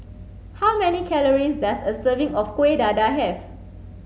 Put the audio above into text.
how many calories does a serving of Kueh Dadar have